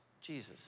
Jesus